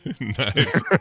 nice